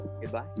Goodbye